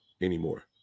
anymore